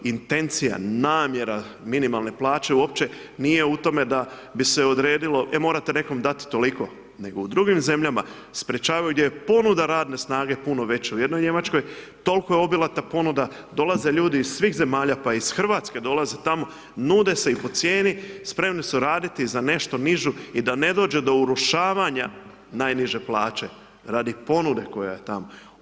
Intencija, namjera minimalne plaće uopće nije u tome da bi se odredilo, e morate nekom dati toliko, nego u drugim zemljama, sprječavaju gdje je ponuda radne snage veća u jednoj Njemačkoj, toliko je obilata ponuda, dolaze ljudi iz svih zemalja pa i iz Hrvatske, dolaze tamo, nude se, i po cijeni, spremni su radi za nešto nižu i da ne dođe do urušavanja najniže plaće, radi ponude koja je tamo.